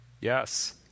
Yes